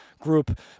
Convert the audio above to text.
Group